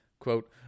Quote